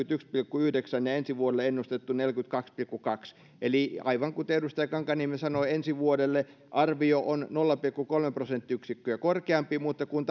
pilkku yhdeksän ja ensi vuodelle on ennustettu neljäkymmentäkaksi pilkku kaksi eli aivan kuten edustaja kankaanniemi sanoi ensi vuodelle arvio on nolla pilkku kolme prosenttiyksikköä korkeampi mutta kun